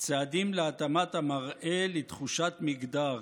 "צעדים להתאמת המראה לתחושת מגדר",